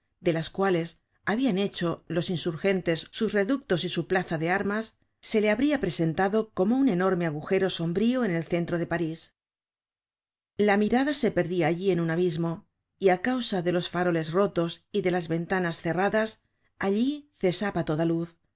de las cuales habian hecho los insurgentes sus reductos y su plaza de armas se le habria presentado como un enorme agujero sombrío en el centro de parís la mirada se perdia allí en un abismo y á causa de los faroles rotos y de las ventanas cerradas allí cesaba toda luz